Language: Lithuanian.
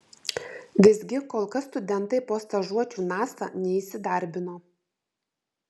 visgi kol kas studentai po stažuočių nasa neįsidarbino